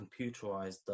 computerized